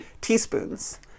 teaspoons